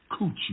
coochie